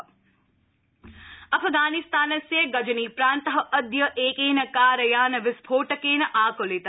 Afghan blast अफगानिस्तानस्य गजनीप्रान्त अद्य एकेन कारयान विस्फोटकेन आकुलित